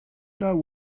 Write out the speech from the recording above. know